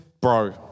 bro